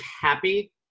happy